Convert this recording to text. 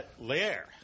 Lair